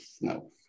no